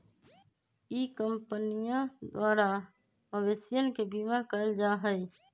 ई कंपनीया द्वारा मवेशियन के बीमा कइल जाहई